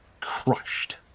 crushed